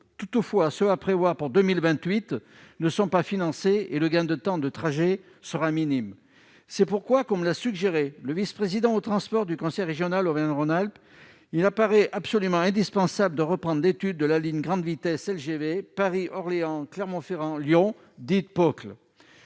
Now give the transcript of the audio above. toutefois ce à prévoit pour 2028 ne sont pas financés et le gain de temps de trajet sera minime, c'est pourquoi, comme l'a suggéré le vice-président aux transports du conseil régional Auvergne Rhône Alpes il apparaît absolument indispensable de reprendre, étude de la ligne grande vitesse LGV Paris-Orléans, Clermont-Ferrand, Lyon, dites POCL,